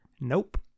Nope